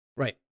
Right